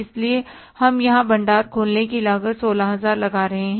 इसलिए हम यहां भंडार खोलने की लागत 16000 लगा रहे हैं